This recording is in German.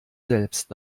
selbst